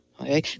okay